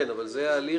כן, אבל זה ההליך